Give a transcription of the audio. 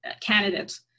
Candidates